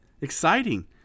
Exciting